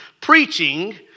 preaching